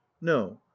no